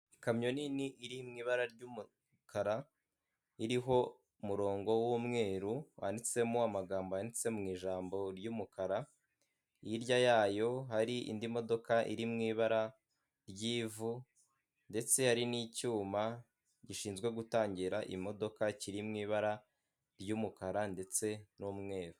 Ikamyo nini iri mu ibara ry'umukara iriho umurongo w'umweru wanditsemo amagambo yanditse mu ijambo ry'umukara, hirya yayo hari indi modoka iri mu ibara ry'ivu ndetse hari n'icyuma gishinzwe gutangira imodoka kiri mu ibara ry'umukara ndetse n'umweru.